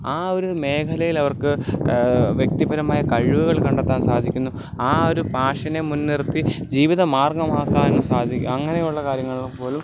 ആ ഒരു മേഖലയിൽ അവർക്ക് വ്യക്തിപരമായ കഴിവുകൾ കണ്ടെത്താൻ സാധിക്കുന്നു ആ ഒരു പാഷനെ മുൻനിർത്തി ജീവിത മാർഗമാക്കാനും സാധിക്കും അങ്ങനെയുള്ള കാര്യങ്ങളിൽ പോലും